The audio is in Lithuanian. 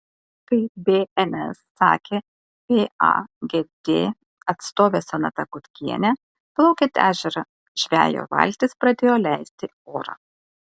kaip bns sakė pagd atstovė sonata kukienė plaukiant ežere žvejo valtis pradėjo leisti orą